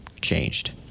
changed